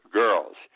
girls